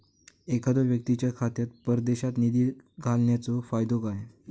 एखादो व्यक्तीच्या खात्यात परदेशात निधी घालन्याचो फायदो काय?